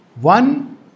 one